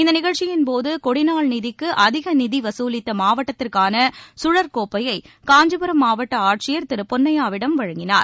இந்த நிகழ்ச்சியின் போது கொடிநாள் நிதிக்கு அதிக நிதி வசூலித்த மாவட்டத்திற்கான சுழற்கோப்பையை காஞ்சிபுரம் மாவட்ட ஆட்சியர் திரு பொன்னையாவிடம் வழங்கினார்